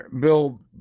Bill